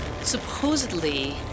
Supposedly